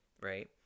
Right